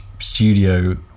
studio